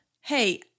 hey